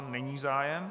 Není zájem.